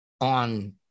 on